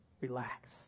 Relax